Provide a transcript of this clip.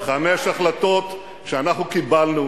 חמש החלטות שאנחנו קיבלנו,